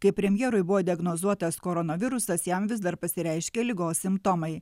kai premjerui buvo diagnozuotas koronavirusas jam vis dar pasireiškia ligos simptomai